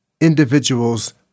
individual's